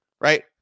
Right